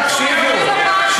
תקשיבו,